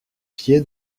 pied